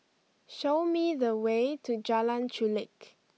show me the way to Jalan Chulek